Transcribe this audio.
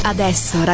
Adesso